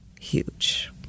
huge